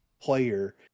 player